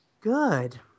Good